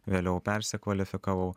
vėliau persikvalifikavau